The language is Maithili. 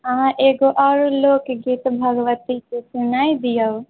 अहाँ एगो आओर लोकगीत भगवतीके सुना दिऔ